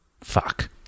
Fuck